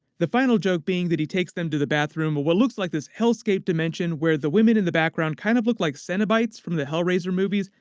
the final joke being that he takes them to the bathroom in but what looks like this hellscape dimension where the women in the background kind of look like cenobites from the hellraiser movies.